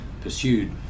pursued